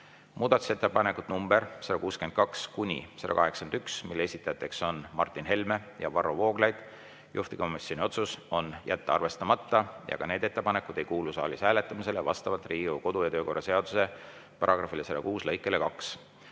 Muudatusettepanekud nr 162–181, mille esitajad on Martin Helme ja Varro Vooglaid. Juhtivkomisjoni otsus on jätta arvestamata ja ka need ettepanekud ei kuulu saalis hääletamisele vastavalt Riigikogu kodu‑ ja töökorra seaduse § 106 lõikele 2.